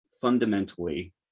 fundamentally